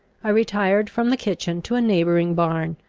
i retired from the kitchen to a neighbouring barn,